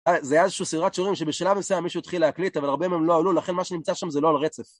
זה היה איזושהי סידרת שיעורים שבשלב מסוים מישהו התחיל להקליט, אבל הרבה מהם לא עלו, לכן מה שנמצא שם זה לא על רצף.